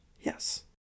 Yes